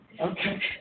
Okay